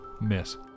Miss